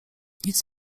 nic